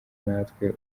natwe